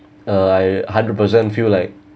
uh I hundred percent feel like